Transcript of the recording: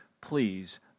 please